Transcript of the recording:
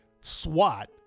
SWAT